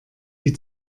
die